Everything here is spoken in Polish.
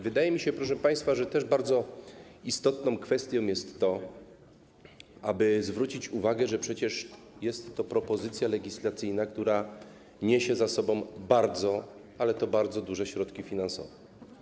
Wydaje mi się, proszę państwa, że też bardzo istotną kwestią jest to, aby zwrócić uwagę, że przecież jest to propozycja legislacyjna, która niesie za sobą bardzo, ale to bardzo duże środki finansowe.